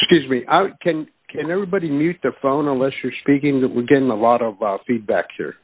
excuse me i can and everybody knew the phone unless you're speaking that we're getting a lot of feedback